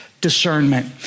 discernment